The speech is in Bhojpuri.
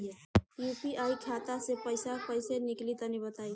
यू.पी.आई खाता से पइसा कइसे निकली तनि बताई?